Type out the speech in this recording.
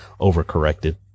overcorrected